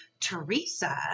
Teresa